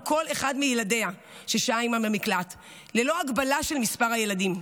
כל אחד מילדיה ששהה עימה במקלט ללא הגבלה של מספר הילדים.